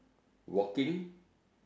walking